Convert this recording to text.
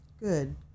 good